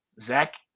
Zach